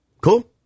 Cool